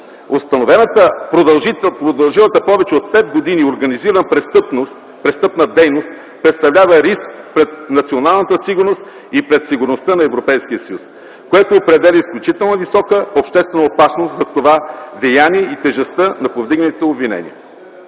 Установената продължила повече от пет години организирана престъпна дейност представлява риск пред националната сигурност и пред сигурността на Европейския съюз, което определя изключително висока обществена опасност за това деяние и тежестта на повдигнатите обвинения.